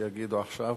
שיגידו עכשיו,